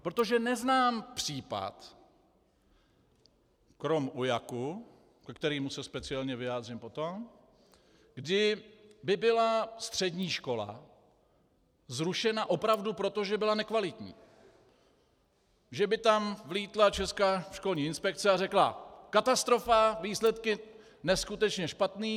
Protože neznám případ kromě UJAK, ke kterému se speciálně vyjádřím potom, kdy by byla střední škola zrušena opravdu proto, že byla nekvalitní, že by tam vlítla Česká školní inspekce a řekla: Katastrofa, výsledky neskutečně špatné.